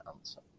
answer